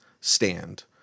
stand